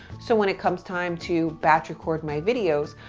so when it comes time to batch record my videos,